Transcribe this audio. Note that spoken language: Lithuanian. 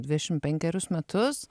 dvidešimt penkerius metus